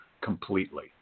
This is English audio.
completely